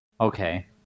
Okay